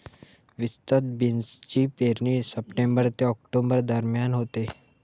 विस्तृत बीन्सची पेरणी सप्टेंबर ते ऑक्टोबर दरम्यान होते